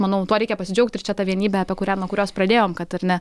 manau tuo reikia pasidžiaugti ir čia tą vienybe apie kurią nuo kurios pradėjom kad ar ne